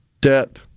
debt